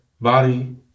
body